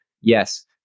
Yes